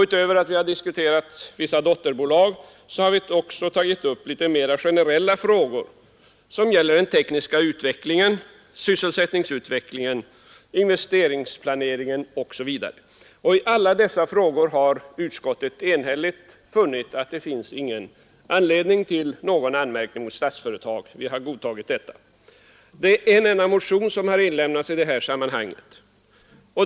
Utöver att vi har diskuterat vissa dotterbolag har vi också tagit upp litet mera generella frågor som gäller den tekniska utvecklingen, sysselsättningsutvecklingen, investeringsplaneringen osv. I alla dessa frågor har utskottet enhälligt funnit att det inte finns någon anledning till anmärkning mot Statsföretag. En enda motion har väckts i detta sammanhang.